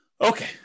Okay